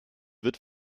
wird